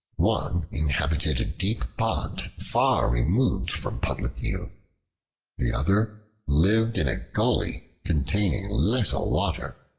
one inhabited a deep pond, far removed from public view the other lived in a gully containing little water,